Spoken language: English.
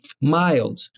mild